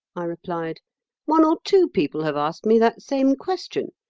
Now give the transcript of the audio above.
i replied one or two people have asked me that same question.